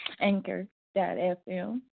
anchor.fm